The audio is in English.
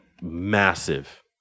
massive